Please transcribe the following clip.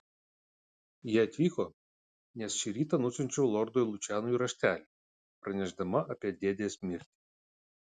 jie atvyko nes šį rytą nusiunčiau lordui lučianui raštelį pranešdama apie dėdės mirtį